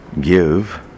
give